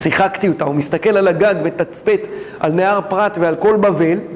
שיחקתי אותה, הוא מסתכל על הגג, מתצפת על נהר פרת ועל כל בבל